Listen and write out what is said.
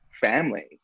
family